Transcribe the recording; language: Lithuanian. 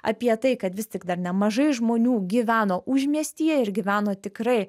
apie tai kad vis tik dar nemažai žmonių gyveno užmiestyje ir gyveno tikrai